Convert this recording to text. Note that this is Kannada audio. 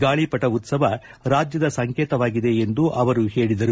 ಗಾಳಿಪಟ ಉತ್ತವ ರಾಜ್ನದ ಸಂಕೇತವಾಗಿದೆ ಎಂದು ಅವರು ಹೇಳಿದರು